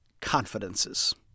confidences